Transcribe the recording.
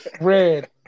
red